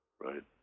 right